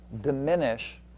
diminish